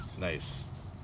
Nice